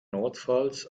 notfalls